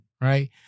Right